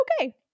okay